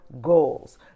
goals